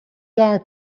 jaar